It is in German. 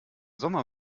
sommer